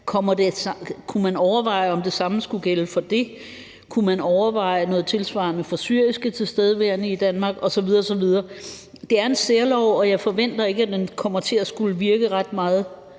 Kunne man overveje, om det samme skulle gælde for det? Kunne man overveje noget tilsvarende for syriske tilstedeværende i Danmark osv. osv.? Det er en særlov, og jeg forventer ikke, at den kommer til at skulle virke ret længe,